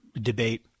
debate